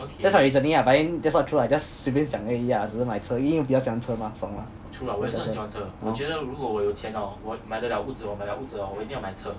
that's my reasoning ah but that's not true ah just 随便讲而已啊只是买车因为我比较喜欢车嘛爽嘛对不对 !hannor!